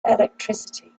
electricity